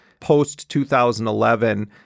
post-2011